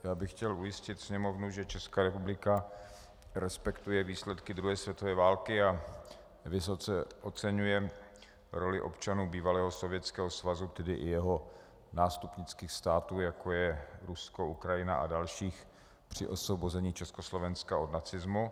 Já bych chtěl ujistit Sněmovnu, že Česká republika respektuje výsledky druhé světové války a vysoce oceňuje roli občanů bývalého Sovětského svazu, tedy i jeho nástupnických států, jako je Rusko, Ukrajina a dalších, při osvobození Československa od nacismu.